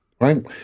right